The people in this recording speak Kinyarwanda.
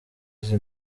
izi